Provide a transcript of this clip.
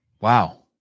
Wow